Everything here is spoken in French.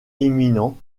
éminent